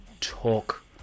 talk